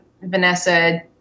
Vanessa